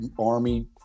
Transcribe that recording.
army